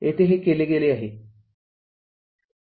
येथे हे केले गेले आहे